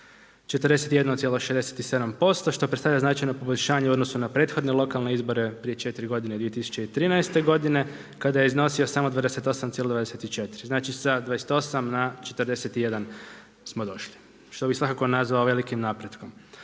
41,67%, što predstavlja značajno poboljšanje u odnosu na prethodne lokalne izbore prije 4 godine, 2013. godine kada je iznosio samo 28,24. Znači sa 28 na 41 smo došli, što bi svakako nazvao velikim napretkom.